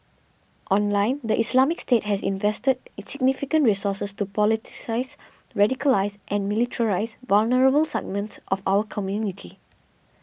online the Islamic State has invested significant resources to politicise radicalise and militarise vulnerable segments of our community